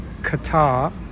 Qatar